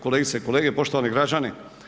Kolegice i kolege, poštovani građani.